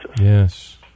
Yes